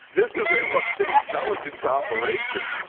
this is a russian intelligence operation,